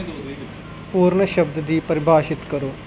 ਪੂਰਨ ਸ਼ਬਦ ਦੀ ਪਰਿਭਾਸ਼ਿਤ ਕਰੋ